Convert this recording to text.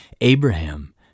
Abraham